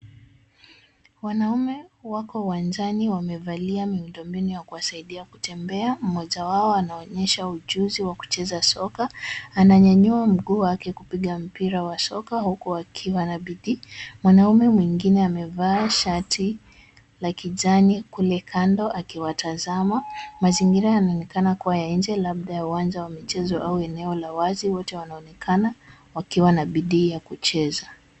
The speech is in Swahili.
Wanaume wako uwanjani. Wamevalia miundo mbinu ya kuwasaidia kutembea. Mmoja wao anaonyesha ujuzi wa kucheza soka. Ananyanyua mguu wake kupiga mpira wa soka huku akiwa na bidii. Mwanaume mwingine amevaa shati la kijani kule kando akiwatazama. Mazingira yanaonekana kuwa ya nje labda ya uwanja wa michezo au eneo la wazi. Wote wanaonekana wakiwa na bidii ya kucheza.